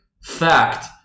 fact